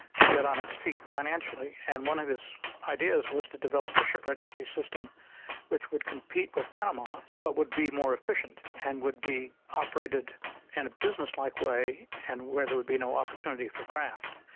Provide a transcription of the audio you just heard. to get on its feet financially, and one of his ideas was to develop a ship registry system which would compete with panama's, but would be more efficient and would be operated in and a businesslike way and where there would be no opportunity for graft.